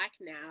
now